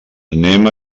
anem